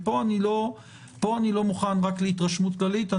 פה אני לא מוכן להסתפק רק בהתרשמות כללית.